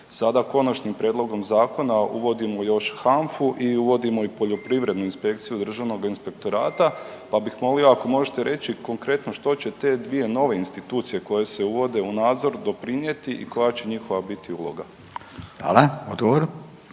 sada Konačnim prijedlogom zakona uvodimo još HANFA-u i uvodimo i poljoprivrednu inspekciju državnog inspektorata, pa bih molio ako možete reći konkretno što će te dvije nove institucije koje se uvode u nadzor doprinjeti i koja će njihova biti uloga? **Radin,